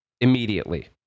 immediately